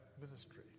ministry